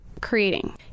Creating